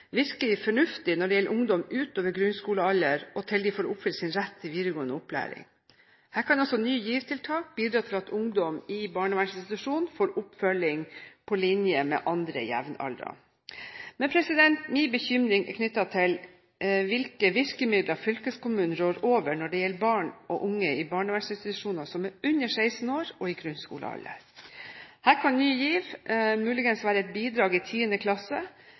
virker fornuftig når det gjelder ungdom utover grunnskolealder, til de får oppfylt sin rett for videregående opplæring. Her kan også Ny GIV-tiltak bidra til at ungdom i barnevernsinstitusjon får oppfølging på linje med andre jevnaldrende. Men min bekymring er knyttet til hvilke virkemidler fylkeskommunen rår over når det gjelder barn og unge i barnevernsinstitusjoner som er under 16 år og i grunnskolealder. Her kan Ny GIV muligens være et bidrag i 10. klasse,